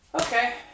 Okay